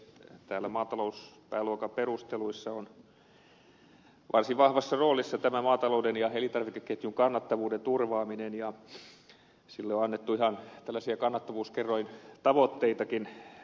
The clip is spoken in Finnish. täällä maatalouspääluokan perusteluissa on varsin vahvassa roolissa tämä maatalouden ja elintarvikeketjun kannattavuuden turvaaminen ja sille on annettu ihan tällaisia kannattavuuskerrointavoitteitakin